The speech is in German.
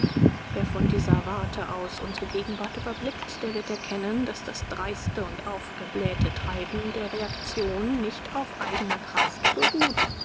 wer von dieser warte aus unsere gegenwart überblickt der wird erkennen daß das dreiste und aufgeblähte treiben der reaktion nicht auf eigener kraft beruht